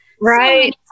Right